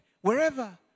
wherever